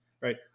right